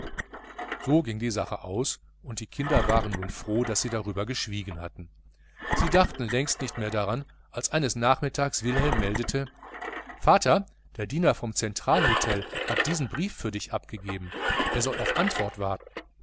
so ging die sache aus und die kinder waren nur froh daß sie darüber geschwiegen hatten sie dachten längst nicht mehr daran als eines nachmittags wilhelm meldete vater der diener vom zentralhotel hat diesen brief für dich abgegeben er soll auf antwort warten